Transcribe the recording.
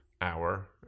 hour